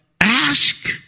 ask